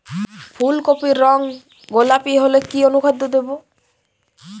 ফুল কপির রং গোলাপী হলে কি অনুখাদ্য দেবো?